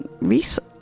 research